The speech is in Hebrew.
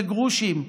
זה גרושים,